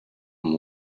and